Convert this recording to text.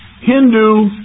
Hindu